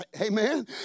amen